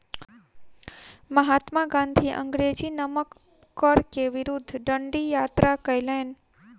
महात्मा गाँधी अंग्रेजी नमक कर के विरुद्ध डंडी यात्रा कयलैन